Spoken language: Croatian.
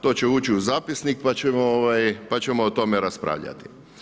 To će ući u zapisnik pa ćemo o tome raspravljati.